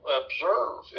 observe